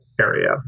area